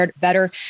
better